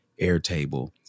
airtable